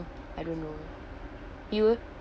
I don't know you